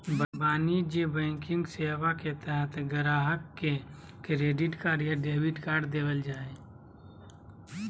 वाणिज्यिक बैंकिंग सेवा के तहत गाहक़ के क्रेडिट या डेबिट कार्ड देबल जा हय